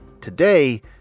Today